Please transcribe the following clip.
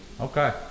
Okay